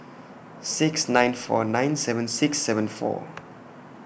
six nine four nine seven six seven four